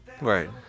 right